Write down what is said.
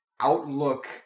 outlook